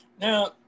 Now